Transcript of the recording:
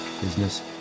business